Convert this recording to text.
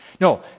No